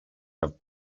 have